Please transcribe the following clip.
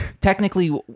Technically